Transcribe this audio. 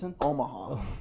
Omaha